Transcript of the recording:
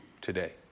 today